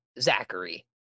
Zachary